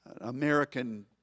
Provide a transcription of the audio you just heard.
American